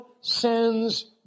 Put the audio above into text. sends